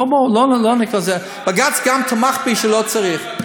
בואו לא, בג"ץ גם תמך בי שלא צריך.